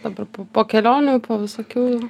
dabar po po kelionių po visokių